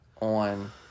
on